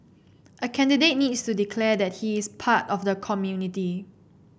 a candidate needs to declare that he is part of the community